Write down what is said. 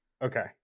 Okay